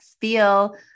feel